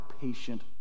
patient